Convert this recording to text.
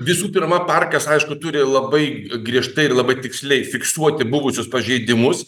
visų pirma parkas aišku turi labai griežtai ir labai tiksliai fiksuoti buvusius pažeidimus